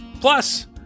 Plus